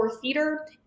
theater